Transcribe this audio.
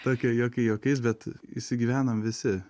tokie juokai juokais bet įsigyvenom visi